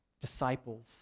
disciples